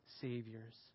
saviors